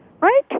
right